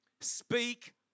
Speak